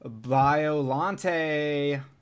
Biolante